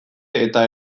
eta